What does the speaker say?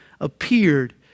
appeared